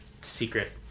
secret